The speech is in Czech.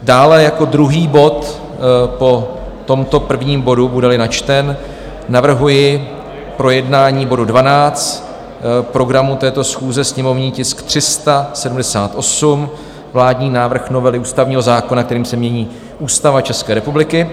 Dále jako druhý bod po tomto prvním bodu, budeli načten, navrhuji projednání bodu 12 v programu této schůze, sněmovní tisk 378, vládní návrh novely ústavního zákona, kterým se mění Ústava České republiky.